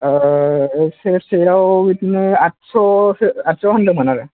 सेरसेआव बिदिनो आटस'सो आटस' होनदोंमोन आरो